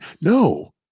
No